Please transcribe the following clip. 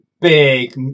big